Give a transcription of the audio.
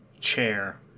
chair